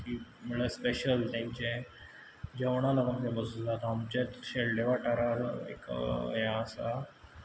म्हळ्यार स्पेशियल तेंचें जेवणा लागून फॅमस आसता आमचे शेल्डें वाठारांत एक हें आसा